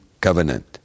covenant